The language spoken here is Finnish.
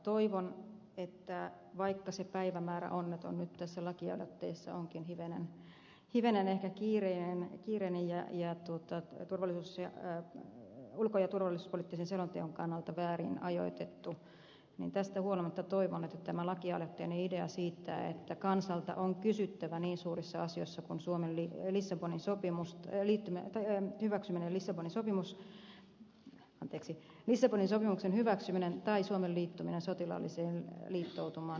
toivon että vaikka se päivämäärä onneton nyt tässä lakialoitteessa onkin hivenen ehkä kiireinen ja ulko ja turvallisuuspoliittisen selonteon kannalta väärin ajoitettu niin tästä huolimatta toivon että tämä lakialoitteeni idea on siinä että kansalta on kysyttävä niin suurissa asioissa on suomen yrittäjissä pani sopimusta ei liity tähän eivät kuin lissabonin sopimus sitä anteeksi missäpäin se on sopimuksen hyväksyminen tai suomen liittyminen sotilaalliseen liittoutumaan